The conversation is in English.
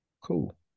cool